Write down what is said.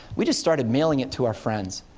we just started mailing it to our friends.